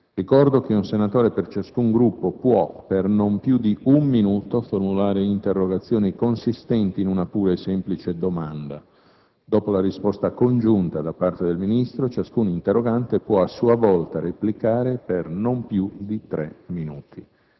Ricordo che un senatore per ciascun Gruppo può, per non più di un minuto, formulare interrogazioni consistenti in una pura e semplice domanda. Dopo la risposta congiunta da parte del Ministro, ciascun interrogante può a sua volta replicare per non più di tre minuti.